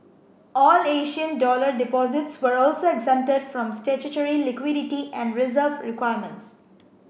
all Asian dollar deposits were also exempted from statutory liquidity and reserve requirements